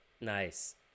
Nice